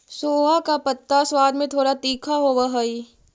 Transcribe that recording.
सोआ का पत्ता स्वाद में थोड़ा तीखा होवअ हई